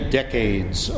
decades